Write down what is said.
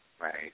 Right